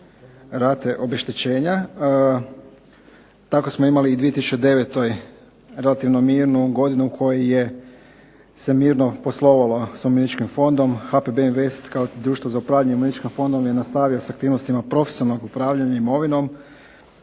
rate obeštećenja. Tako smo imali u 2009. relativno mirnu godinu u kojoj je se mirno poslovalo sa umirovljeničkim fondom. HPB invest, kao društvo za upravljanje umirovljeničkim fondom je nastavio sa aktivnostima profesionalnog upravljanja imovinom,